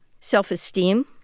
Self-esteem